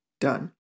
done